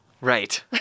Right